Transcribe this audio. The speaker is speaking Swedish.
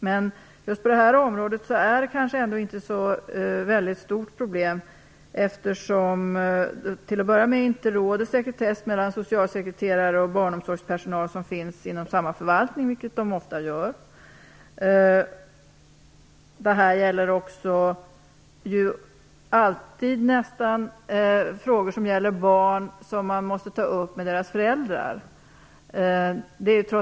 Men just på detta område är nog sekretessen inte något större problem. Det råder ju inte sekretess mellan socialsekreterare och barnomsorgspersonal inom samma förvaltning, och det är det ofta. Det gäller nästan alltid frågor som rör barn och som måste tas upp med barnens föräldrar.